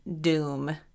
doom